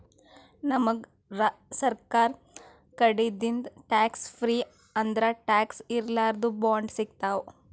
ನಮ್ಗ್ ಸರ್ಕಾರ್ ಕಡಿದಿಂದ್ ಟ್ಯಾಕ್ಸ್ ಫ್ರೀ ಅಂದ್ರ ಟ್ಯಾಕ್ಸ್ ಇರ್ಲಾರ್ದು ಬಾಂಡ್ ಸಿಗ್ತಾವ್